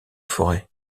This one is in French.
forêts